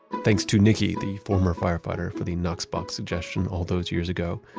thanks to nikki, the former firefighter, for the knox box suggestion all those years ago.